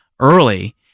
early